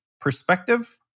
perspective